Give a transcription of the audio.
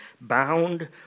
bound